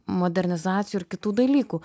modernizacijų ir kitų dalykų